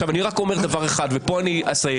אני רק אומר דבר אחד, ופה אני אסיים.